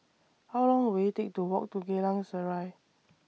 How Long Will IT Take to Walk to Geylang Serai